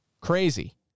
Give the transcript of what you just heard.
Crazy